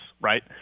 right